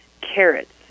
carrots